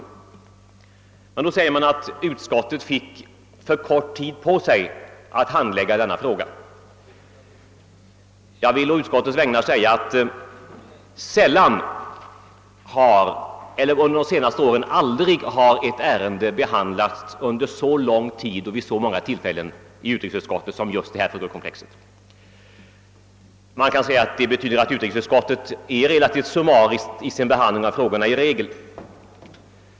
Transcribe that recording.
Oppositionen hävdar nu att utskottet fick för kort tid på sig att handlägga denna fråga. Jag vill å utskottets vägnar förklara att sällan — och under de senaste åren aldrig — har ett ärende behandlats under så lång tid och vid så många tillfällen i utrikesutskottet som just detta frågekomplex. Man kan invända att det betyder att utrikesutskottets behandling av ärendena i regel är relativt summarisk.